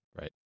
right